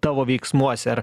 tavo veiksmuose ar